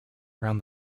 around